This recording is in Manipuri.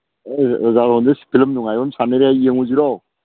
ꯑꯖꯥꯠ ꯍꯣꯜꯗ ꯐꯤꯂꯝ ꯅꯨꯡꯉꯥꯏꯕ ꯑꯃ ꯁꯥꯅꯔꯤ ꯍꯥꯏ ꯌꯦꯡꯉꯨꯁꯤꯔꯣ